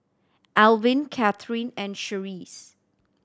Elvin Catharine and Cherise